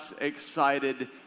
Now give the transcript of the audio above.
excited